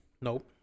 Nope